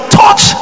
touch